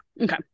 Okay